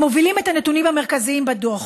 הם מובילים את הנתונים המרכזיים בדוח.